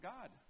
God